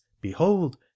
behold